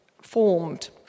formed